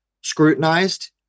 scrutinized